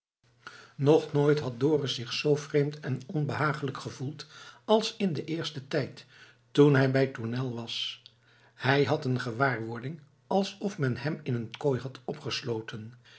nog nooit had dorus zich zoo vreemd en onbehaaglijk gevoeld als in den eersten tijd toen hij bij tournel was hij had een gewaarwording alsof men hem in een kooi had opgesloten